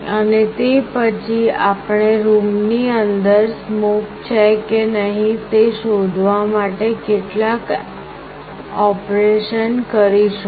અને તે પછી આપણે રૂમની અંદર સ્મોક છે કે નહીં તે શોધવા માટે કેટલાક ઑપરેશન કરીશું